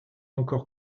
encore